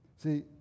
See